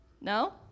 No